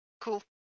Cool